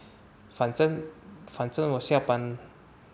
反正反正我下班